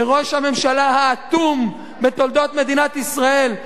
וראש הממשלה האטום בתולדות מדינת ישראל,